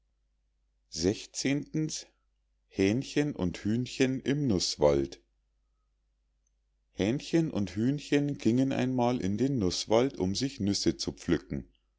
hähnchen und hühnchen im nußwald hähnchen und hühnchen gingen einmal in den nußwald um sich nüsse zu pflücken